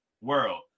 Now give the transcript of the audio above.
world